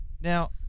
now